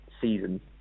season